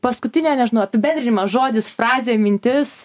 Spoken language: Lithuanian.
paskutinė nežinau apibendrinimas žodis frazė mintis